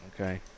Okay